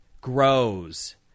grows